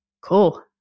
Cool